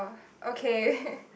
okay